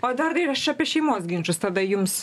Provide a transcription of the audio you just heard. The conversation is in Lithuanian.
o eduardai aš apie šeimos ginčus tada jums